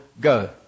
go